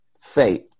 Faith